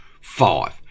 Five